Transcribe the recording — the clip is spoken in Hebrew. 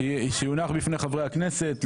שיונח בפני חברי הכנסת.